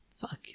fuck